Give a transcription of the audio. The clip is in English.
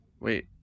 Wait